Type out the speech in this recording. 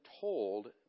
told